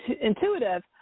intuitive